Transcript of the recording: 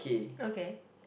okay